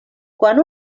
quan